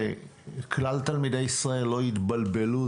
שכלל תלמידי ישראל לא יתבלבלו,